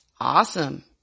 Awesome